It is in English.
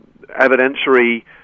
evidentiary